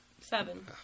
Seven